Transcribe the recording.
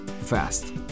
fast